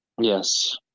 Yes